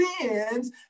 sins